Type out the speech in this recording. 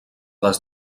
des